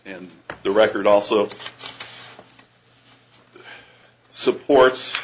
and the record also supports